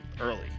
early